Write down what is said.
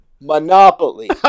Monopoly